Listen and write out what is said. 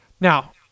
Now